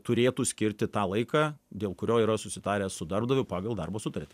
turėtų skirti tą laiką dėl kurio yra susitaręs su darbdaviu pagal darbo sutartį